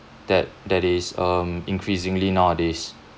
that that is um increasingly nowadays